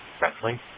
wrestling